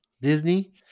Disney